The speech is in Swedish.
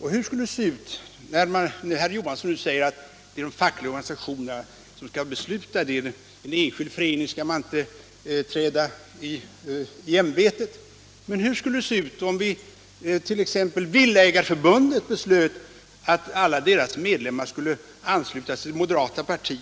Herr Johansson i Trollhättan säger nu att de fackliga organisationerna skall besluta: en enskild förening skall man inte träda i ämbetet. Men hur skulle det se ut om t.ex. Villaägarförbundet beslöt att alla dess medlemmar skulle anslutas till moderata samlingspartiet